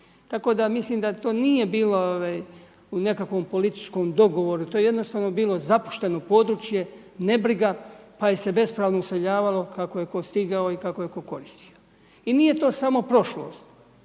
Tako da mislim da to nije bilo u nekakvom političkom dogovoru, to je jednostavno bilo zapušteno područje, ne briga pa se je bespravno useljavalo kako je tko stigao i kako je tko koristio. I nije to samo prošlost,